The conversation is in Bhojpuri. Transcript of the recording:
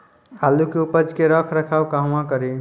आलू के उपज के रख रखाव कहवा करी?